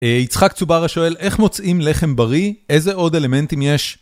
יצחק צוברה שואל, איך מוצאים לחם בריא, איזה עוד אלמנטים יש?